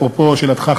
אפרופו שאלתך,